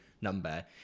number